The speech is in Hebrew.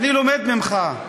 אני לומד ממך.